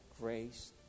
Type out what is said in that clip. grace